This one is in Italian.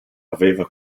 aveva